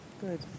Good